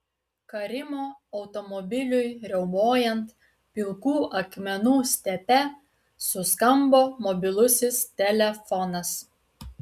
karimo automobiliui riaumojant pilkų akmenų stepe suskambo mobilusis telefonas